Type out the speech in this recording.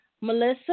Melissa